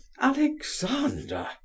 Alexander